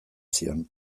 zion